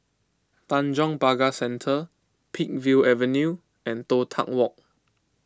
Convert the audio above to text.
Tanjong Pagar Centre Peakville Avenue and Toh Tuck Walk